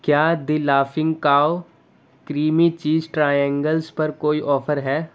کیا the laughing cow creamy cheese triangles پر کوئی آفر ہے